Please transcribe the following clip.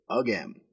again